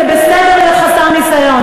זה בסדר להיות חסר ניסיון,